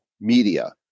media